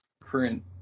current